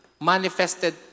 manifested